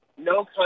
No